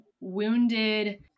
wounded